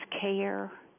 care